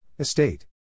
Estate